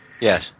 yes